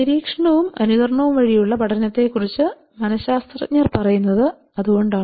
നിരീക്ഷണവും അനുകരണവും വഴിയുള്ള പഠനത്തെക്കുറിച്ച് മന ശാസ്ത്രജ്ഞർപറയുന്നത് അതുകൊണ്ടാണ്